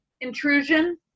intrusion